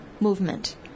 movement